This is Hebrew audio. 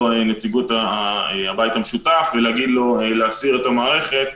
נציגות הבית המשותף ולהגיד לו להסיר את המערכת,